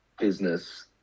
business